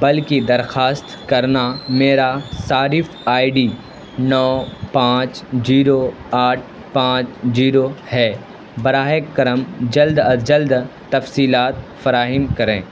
بل کی درخواست کرنا میرا صارف آئی ڈی نو پانچ زیرو آٹھ پانچ زیرو ہے براہ کرم جلد از جلد تفصیلات فراہم کریں